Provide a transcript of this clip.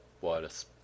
wireless